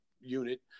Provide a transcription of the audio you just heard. unit